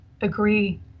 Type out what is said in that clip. agree